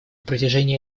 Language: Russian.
протяжении